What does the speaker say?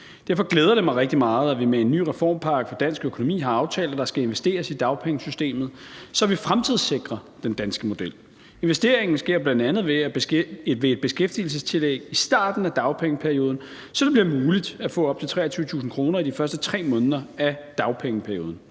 Derfor glæder det mig rigtig meget, at vi med en ny reformpakke for dansk økonomi har aftalt, at der skal investeres i dagpengesystemet, så vi fremtidssikrer den danske model. Investeringen sker bl.a. ved et beskæftigelsestillæg i starten af dagpengeperioden, så det bliver muligt at få op til 23.000 kr. i de første 3 måneder af dagpengeperioden.